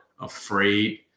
afraid